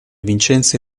vincenzi